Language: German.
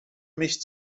mich